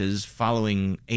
following